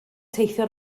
teithio